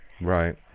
Right